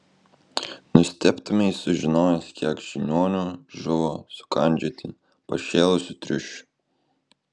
nustebtumei sužinojęs kiek žiniuonių žuvo sukandžioti pašėlusių triušių